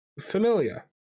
familiar